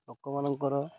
ଲୋକମାନଙ୍କର